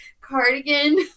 cardigan